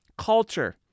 culture